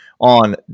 on